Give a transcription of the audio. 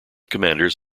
commanders